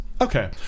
Okay